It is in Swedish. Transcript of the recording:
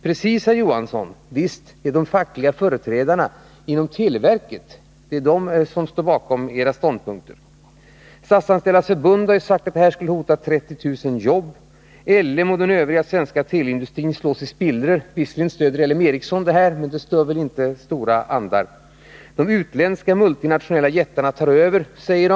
Precis så är det, herr Johansson. Det är de fackliga företrädarna inom televerket som står bakom era ståndpunkter. Statsanställdas förbund har ju sagt att förslaget skulle hota 30 000 jobb och att ÅL M och den övriga svenska teleindustrin skulle slås i spillror — visserligen stöder L M Ericsson detta, men det stör väl inte stora andar. De utländska multinationella jättarna tar över, säger man.